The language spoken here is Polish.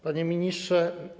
Panie Ministrze!